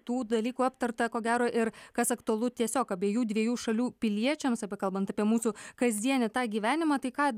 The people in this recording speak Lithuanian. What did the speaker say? tų dalykų aptarta ko gero ir kas aktualu tiesiog abiejų dviejų šalių piliečiams arba kalbant apie mūsų kasdienį tą gyvenimą tai ką